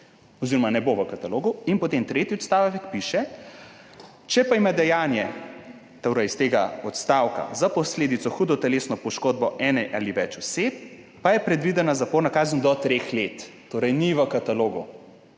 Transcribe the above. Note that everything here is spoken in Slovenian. oziroma ne bo v katalogu. In potem tretji odstavek, piše, da če ima dejanje iz tega odstavka za posledico hudo telesno poškodbo ene ali več oseb, pa je predvidena zaporna kazen do treh let. Torej ni v katalogu.